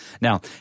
Now